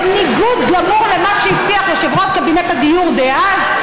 בניגוד גמור למה שהבטיח יושב-ראש קבינט הדיור דאז,